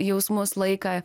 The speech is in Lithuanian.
jausmus laiką